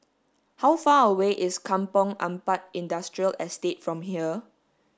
how far away is Kampong Ampat Industrial Estate from here